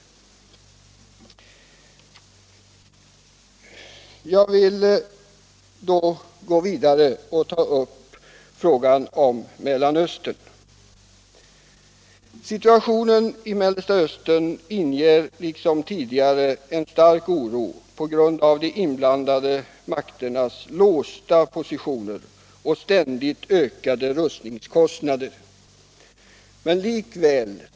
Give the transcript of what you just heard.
Jag vill då gå vidare och ta upp frågan om Mellersta Östern. Situationen där inger liksom tidigare en stark oro på grund av de inblandade makternas låsta positioner och ständigt ökade rustningskostnader.